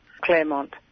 Claremont